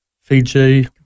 Fiji